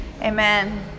Amen